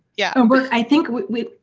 yeah. um but i think we.